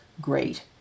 great